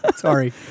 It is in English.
Sorry